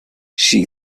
she